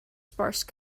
sparse